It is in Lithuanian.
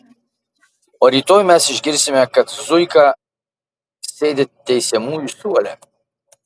o rytoj mes išgirsime kad zuika sėdi teisiamųjų suole